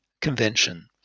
convention